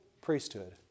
priesthood